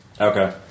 okay